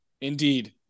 Indeed